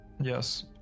Yes